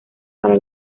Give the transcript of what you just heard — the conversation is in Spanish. para